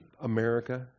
America